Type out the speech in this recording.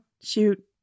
shoot